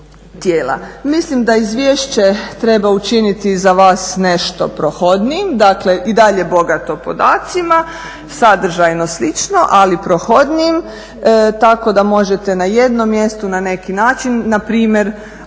tijela. Mislim da izvješće treba učiniti nešto prohodnijim dakle i dalje bogato podacima, sadržajno slično ali prohodnijim tako da možete na jednom mjestu na neki način npr.